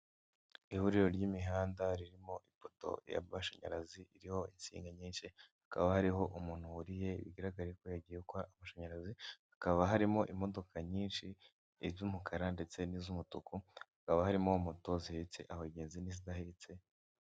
Ihuriro ry'imihanda ririmo ipoto y'amashanyarazi iriho insinga nyinshi hakaba hariho umuntu wuriye bigaragara ko yagiye gukora amashanyarazi, hakaba harimo imodoka nyinshi iz'umukara ndetse n'iz'umutuku hakaba harimo moto zihetse abagenzi n'izidahetse.